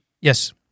Yes